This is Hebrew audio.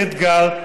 זה אתגר,